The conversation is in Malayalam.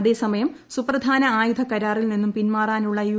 അതേ സമയം സുപ്രധാന ആയുധ കരാ റിൽ നിന്നും പിൻമാറാനുള്ള യു